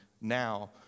now